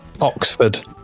Oxford